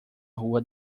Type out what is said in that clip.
rua